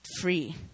free